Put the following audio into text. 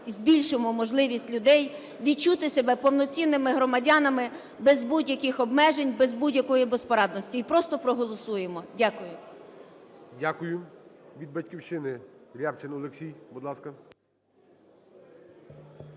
збільшимо можливість людей відчути себе повноцінними громадянами без будь-яких обмежень, без будь-якої безпорадності і просто проголосуємо. Дякую. ГОЛОВУЮЧИЙ. Дякую. Від "Батьківщини" Рябчин Олексій, будь ласка.